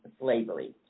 slavery